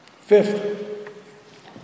Fifth